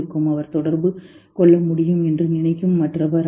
அவர் தொடர்பு கொள்ள முடியும் என்று நினைக்கும் மற்றவர் அவர்